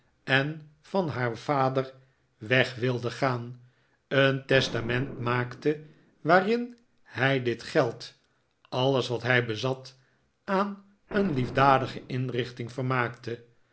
en van haar vader weg wilde gaan een testament maakte waarin hij dit geld alles wat hij bezat aan een liefdadige inrichting vermaakte